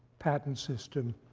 patent system